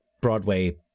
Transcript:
Broadway